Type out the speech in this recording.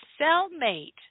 cellmate